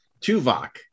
Tuvok